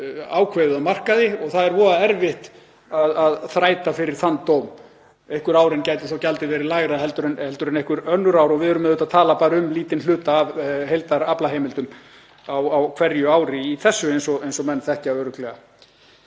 ákveðið á markaði og það er erfitt að þræta fyrir þann dóm. Einhver árin gæti svo gjaldið verið lægra en önnur ár og við erum auðvitað að tala um lítinn hluta af heildaraflaheimildum á hverju ári í þessu eins og menn þekkja örugglega.